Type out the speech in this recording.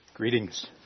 Greetings